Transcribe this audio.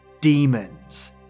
demons